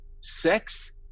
Sex